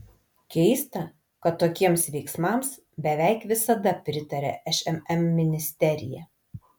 keista kad tokiems veiksmams beveik visada pritaria šmm ministerija